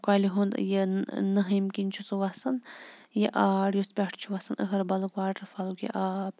کۄلہِ ہُنٛد یہِ نٔہِم کِنۍ چھُ سُہ وَسان یہِ آر یُس پٮ۪ٹھ چھُ وَسان اَہربَلُک واٹَر فالُک یہِ آب